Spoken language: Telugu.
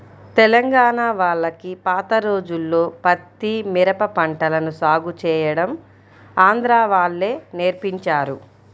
తెలంగాణా వాళ్లకి పాత రోజుల్లో పత్తి, మిరప పంటలను సాగు చేయడం ఆంధ్రా వాళ్ళే నేర్పించారు